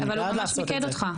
ואני חייב לעשות את זה.